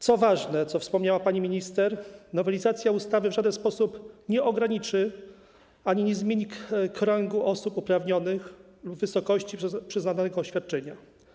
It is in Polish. Co ważne, o czym wspomniała pani minister, nowelizacja ustawy w żaden sposób nie ograniczy ani nie zmieni kręgu osób uprawnionych w przypadku wysokości przyznawanych świadczeń.